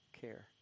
care